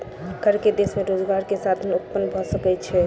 कर से देश में रोजगार के साधन उत्पन्न भ सकै छै